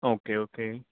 okay okay